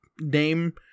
name